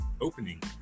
opening